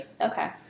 Okay